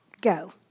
Go